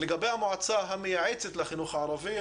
לגבי המועצה המייעצת לחינוך הערבי,